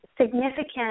significant